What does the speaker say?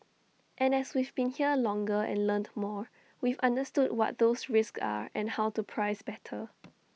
and as we've been here longer and learnt more we've understood what those risks are and how to price better